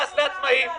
רק נאום בחירות.